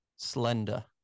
slender